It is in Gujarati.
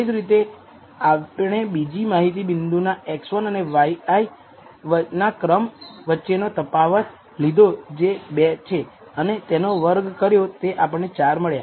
તે જ રીતે આપણે બીજા માહિતી બિંદુ ના xi અને yi ના ક્રમ વચ્ચેનો તફાવત લીધો જે 2 છે અને તેનો વર્ગ કર્યો તો આપણને 4 મળ્યા